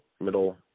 middle